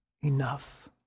enough